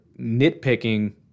nitpicking